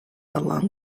along